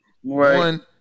One